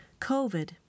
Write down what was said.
covid